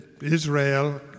Israel